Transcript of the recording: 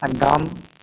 आ गाम